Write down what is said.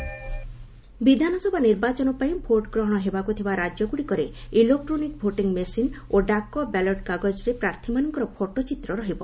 EVM photo ବିଧାନସଭା ନିର୍ବାଚନପାଇଁ vote ଗ୍ରହଣ ହେବାକୁ ଥିବା ରାଜ୍ୟଗୁଡ଼ିକରେ ଇଲୋକ୍ଟ୍ରୋନିକ୍ ଭୋଟିଂ ମେସିନ୍ ଓ ଡାକ ବ୍ୟାଲଟ୍ କାଗଜରେ ପ୍ରାର୍ଥୀମାନଙ୍କର ଫଟୋ ଚିତ୍ର ରହିବ